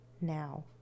Now